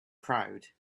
crowd